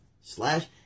Slash